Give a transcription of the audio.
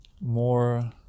more